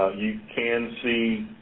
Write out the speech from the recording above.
you can see